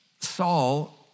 Saul